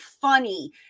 funny